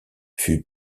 fut